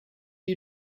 you